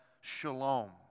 shalom